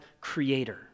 creator